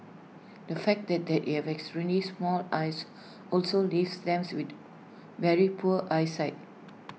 the fact that they have extremely small eyes also leaves them with very poor eyesight